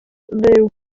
dduw